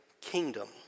kingdom